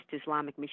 Islamic